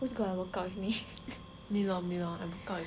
who is going to work out with me